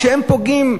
כשהם פוגעים?